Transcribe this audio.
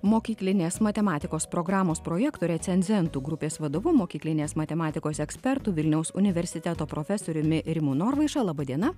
mokyklinės matematikos programos projektų recenzentų grupės vadovu mokyklinės matematikos ekspertu vilniaus universiteto profesoriumi rimu norvaiša laba diena